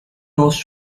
nose